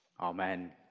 Amen